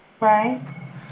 Right